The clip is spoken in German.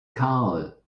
karl